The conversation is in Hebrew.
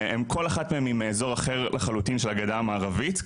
כל אחת מהם היא מאזור אחר לחלוטין של הגדה המערבית,